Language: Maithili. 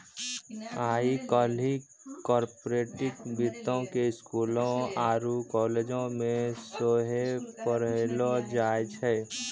आइ काल्हि कार्पोरेट वित्तो के स्कूलो आरु कालेजो मे सेहो पढ़ैलो जाय छै